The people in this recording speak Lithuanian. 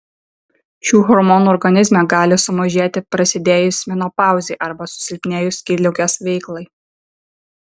šių hormonų organizme gali sumažėti prasidėjus menopauzei arba susilpnėjus skydliaukės veiklai